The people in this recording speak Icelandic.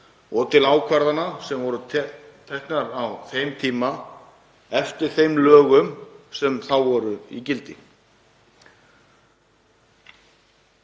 og til ákvarðana sem voru teknar á þeim tíma eftir lögum sem þá voru í gildi.